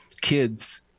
Kids